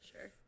Sure